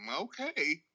okay